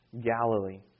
Galilee